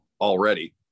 already